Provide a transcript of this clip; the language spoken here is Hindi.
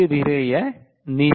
धीरे धीरे यह नीचे आता है